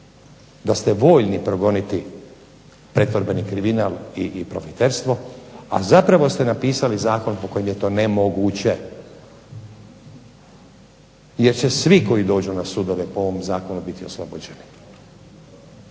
da ste voljni progoniti pretvorbeni kriminal i profiterstvo, a zapravo ste napisali zakon po kojem je to nemoguće, jer će svi koji dođu na sudove po ovom zakonu biti oslobođeni,